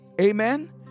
Amen